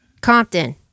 Compton